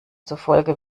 zufolge